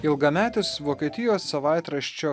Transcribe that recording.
ilgametis vokietijos savaitraščio